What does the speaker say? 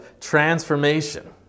transformation